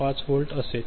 5 volt असेल